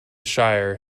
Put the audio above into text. shire